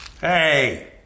Hey